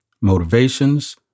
motivations